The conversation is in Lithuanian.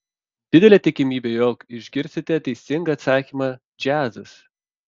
didelė tikimybė jog išgirsite teisingą atsakymą džiazas